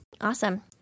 Awesome